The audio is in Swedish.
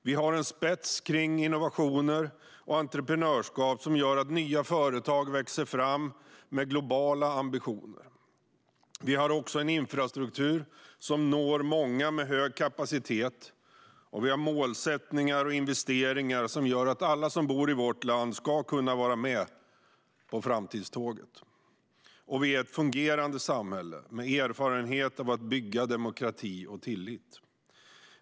Vi har en spets inom innovationer och entreprenörskap som gör att nya företag växer fram med globala ambitioner. Vi har också en infrastruktur med hög kapacitet som når många, och vi har målsättningar och investeringar som gör att alla som bor i vårt land ska kunna vara med på framtidståget. Vi är ett fungerande samhälle med erfarenhet av att bygga demokrati och tillit.